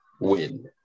win